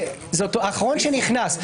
האחרון שנכנס.